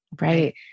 right